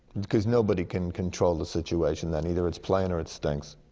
cuz nobody can control the situation then. either it's playing, or it stinks.